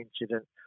incident